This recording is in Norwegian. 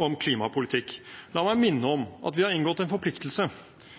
om klimapolitikk: La meg minne om at vi har inngått en forpliktelse